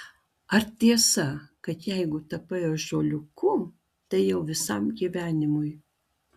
ar tiesa kad jeigu tapai ąžuoliuku tai jau visam gyvenimui